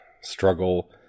struggle